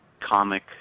comic